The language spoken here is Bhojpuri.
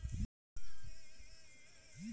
पसम सब्द का मतलब फारसी में ऊन होला